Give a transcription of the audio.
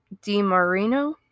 DiMarino